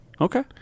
Okay